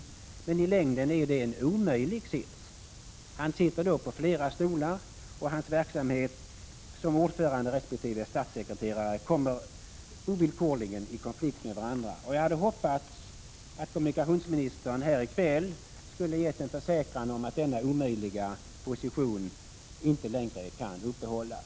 Men i längden är det en omöjlig sits, för han sitter på flera stolar. Hans befattningar som ordförande resp. statssekreterare kommer ovillkorligen i konflikt med varandra. Jag hade hoppats att kommunikationsministern här i kväll skulle ha försäkrat att denna omöjliga position inte längre kan upprätthållas.